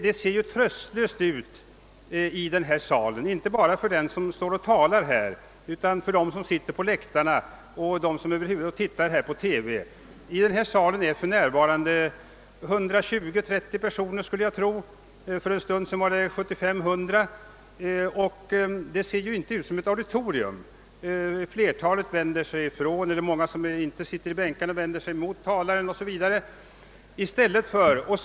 Det ser tröstlöst ut i en sådan sal, inte bara för den som står i talarstolen utan också för dem som sitter på läktarna och dem som ser på TV. Här är för närvarande mellan 120 och 130 personer, skulle jag tro — för en stund sedan var .det ungefär 75 eller 100 — och det ger inte intryck av att vara något auditorium. De som sitter i bänkarna vänder sig mot talaren men många eller flertalet 'kanske vänder sig mot ett annat håll.